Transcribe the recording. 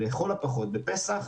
לכל הפחות בפסח,